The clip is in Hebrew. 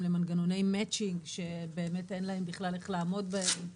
למנגנוני מצ'ינג כשבאמת אין להם בכלל איך לעמוד בהם.